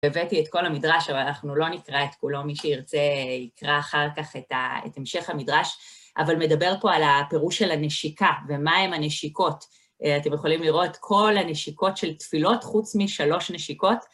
הבאתי את כל המדרש, אבל אנחנו לא נקרא את כולו, מי שירצה יקרא אחר כך את המשך המדרש, אבל מדבר פה על הפירוש של הנשיקה ומהם הנשיקות. אתם יכולים לראות כל הנשיקות של תפילות חוץ משלוש נשיקות.